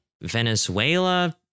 Venezuela